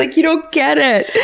like you don't get it.